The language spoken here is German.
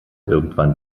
irgendwann